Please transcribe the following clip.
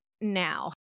now